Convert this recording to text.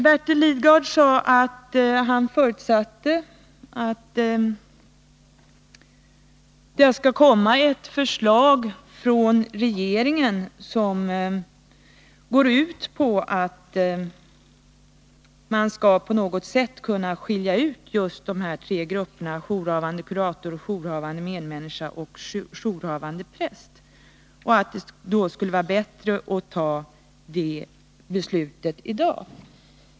Bertil Lidgard sade att han förutsatte att det skall komma ett förslag från regeringen, som går ut på att man på något sätt skall kunna skilja ut just dessa tre grupper: jourhavande kurator, jourhavande medmänniska och jourhavande präst. Han menar att det därför skulle vara bättre att fatta detta beslut i dag.